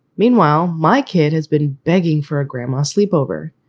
meanwhile, my kid has been begging for a grandma sleepover.